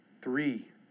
three